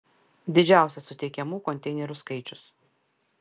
didžiausias suteikiamų konteinerių skaičius